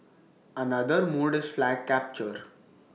another mode is flag capture